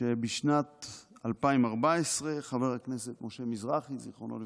שבשנת 2014 חבר הכנסת משה מזרחי, זיכרונו לברכה,